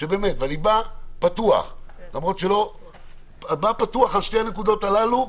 פתוח על שתי הנקודות הללו.